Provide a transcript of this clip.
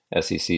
SEC